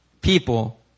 people